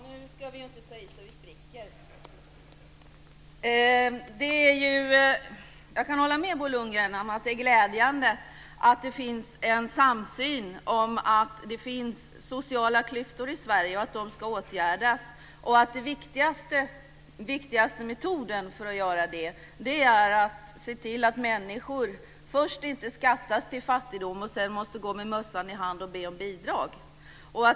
Fru talman! Nu ska vi inte ta i så vi spricker. Jag kan hålla med Bo Lundgren om att det är glädjande att det existerar en samsyn om att det finns sociala klyftor i Sverige, om att de ska åtgärdas och om att den viktigaste metoden för att göra detta är att se till att människor inte först skattas till fattigdom och sedan måste gå med mössan i hand och be om bidrag.